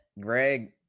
Greg